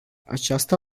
aceasta